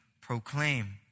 proclaim